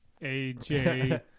AJ